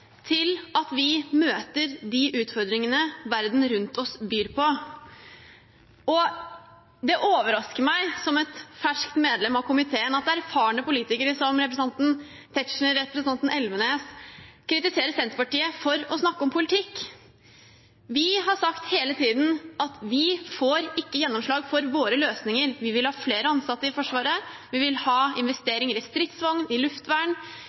til at vi møter de utfordringene verden rundt oss byr på. Som ferskt medlem av komiteen overrasker det meg at erfarne politikere, som representanten Tetzschner og representanten Elvenes, kritiserer Senterpartiet for å snakke om politikk. Vi har hele tiden sagt at vi ikke får gjennomslag for våre løsninger. Vi vil ha flere ansatte i Forsvaret, vi vil ha investeringer i stridsvogner, i luftvern